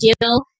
deal